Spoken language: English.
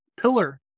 pillar